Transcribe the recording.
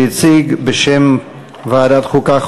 שהציג בשם ועדת החוקה,